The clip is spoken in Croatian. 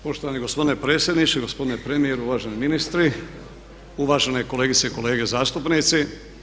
Poštovani gospodine predsjedniče, gospodine premijeru, uvaženi ministri, uvažene kolegice i kolege zastupnici.